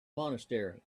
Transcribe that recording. monastery